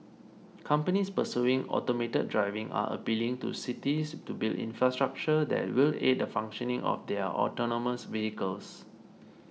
companies pursuing automated driving are appealing to cities to build infrastructure that will aid the functioning of their autonomous vehicles